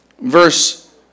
verse